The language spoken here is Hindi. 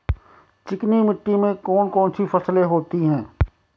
चिकनी मिट्टी में कौन कौन सी फसलें होती हैं?